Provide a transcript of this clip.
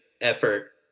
effort